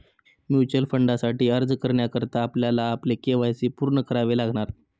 mutual फंडासाठी अर्ज करण्याकरता आपल्याला आपले के.वाय.सी पूर्ण करावे लागणार